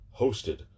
hosted